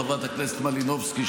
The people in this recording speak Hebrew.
חברת הכנסת מלינובסקי,